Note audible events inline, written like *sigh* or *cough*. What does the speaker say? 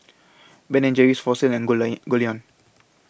Ben and Jerry's Fossil and Goldlion Goldlion *noise*